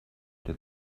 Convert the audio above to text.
der